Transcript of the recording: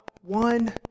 one